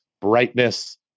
brightness